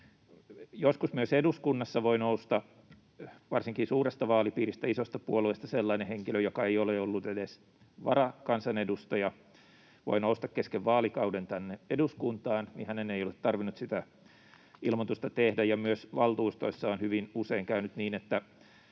joskus myös eduskuntaan voi nousta kesken vaalikauden varsinkin suuresta vaalipiiristä, isosta puolueesta sellainen henkilö, joka ei ole ollut edes varakansanedustaja, hänen ei ole tarvinnut sitä ilmoitusta tehdä, ja myös valtuustoissa on hyvin usein käynyt niin, että